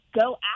go